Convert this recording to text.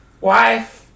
Wife